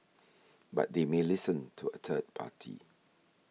but they may listen to a third party